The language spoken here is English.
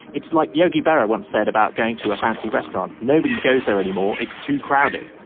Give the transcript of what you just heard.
it's like yogi berra once said about going to a fancy restaurant. nobody goes there anymore it's too crowded